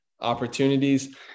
opportunities